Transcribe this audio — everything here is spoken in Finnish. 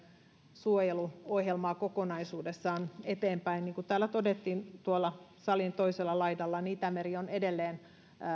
suojeluohjelmaa kokonaisuudessaan eteenpäin niin kuin täällä todettiin tuolla salin toisella laidalla niin itämeri on edelleen